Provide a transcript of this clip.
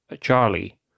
Charlie